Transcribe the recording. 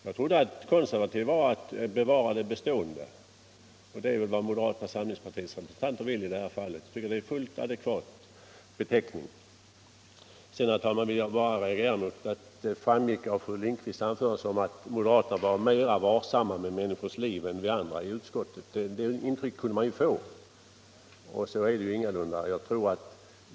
Jag trodde att konservatism betydde bevarande av det bestående, och det är ju vad moderata samlingspartiet vill nå i det här fallet. Det är alltså en fullt adekvat beteckning. Sedan vill jag reagera mot att fru Lindquist i sitt anförande tycktes vilja göra gällande att moderaterna var mera varsamma om människors liv än vi andra i utskottet. Så är det ju ingalunda.